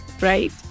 right